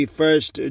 first